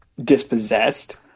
dispossessed